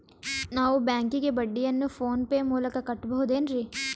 ನಾವು ಬ್ಯಾಂಕಿಗೆ ಬಡ್ಡಿಯನ್ನು ಫೋನ್ ಪೇ ಮೂಲಕ ಕಟ್ಟಬಹುದೇನ್ರಿ?